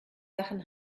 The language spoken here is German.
sachen